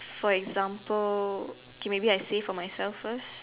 for example okay maybe I say for myself first